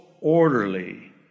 orderly